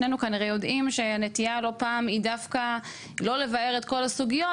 שנינו כנראה יודעים שהנטייה לא פעם היא דווקא לא לבאר את כל הסוגיות